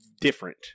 different